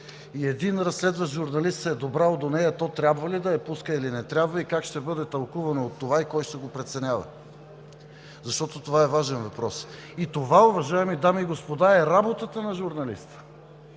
един разследващ журналист се е добрал до нея, то трябва ли да я пуска, или не трябва, как ще бъде тълкувано това и кой ще го преценява? Защото това е важен въпрос. Уважаеми дами и господа, това е работата на журналиста